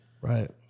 Right